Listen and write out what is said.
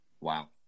Wow